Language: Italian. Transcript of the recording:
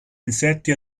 insetti